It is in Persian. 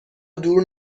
دور